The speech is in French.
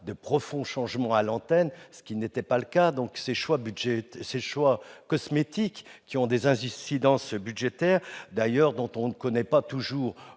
de profonds changements à l'antenne, ce qui n'était pas le cas. Ces choix cosmétiques, qui ont des incidences budgétaires dont on ne connaît d'ailleurs